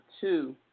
two